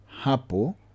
hapo